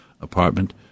apartment